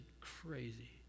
crazy